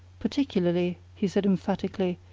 particularly, he said emphatically,